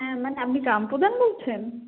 হ্যাঁ মানে আপনি গ্রাম প্রধান বলছেন